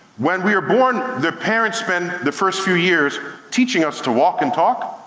when we are born, the parents spend the first few years teaching us to walk and talk,